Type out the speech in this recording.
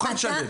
מוכן לשלם.